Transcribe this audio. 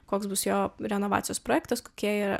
koks bus jo renovacijos projektas kokie yra